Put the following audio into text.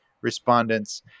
respondents